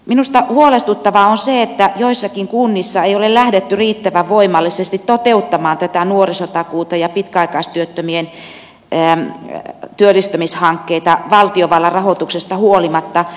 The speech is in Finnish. minusta huolestuttavaa on se että joissakin kunnissa ei ole lähdetty riittävän voimallisesti toteuttamaan tätä nuorisotakuuta ja pitkäaikaistyöttömien työllistämishankkeita valtiovallan rahoituksesta huolimatta